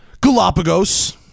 Galapagos